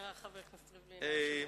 רציתי לקרוא קטעים, אך אדלג.